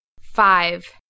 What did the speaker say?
five